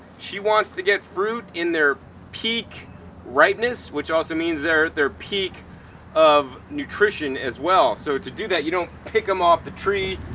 she wants to get fruit in their peak ripeness. which also means their their peak nutrition as well. so to do that you don't pick them off the tree,